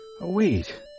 wait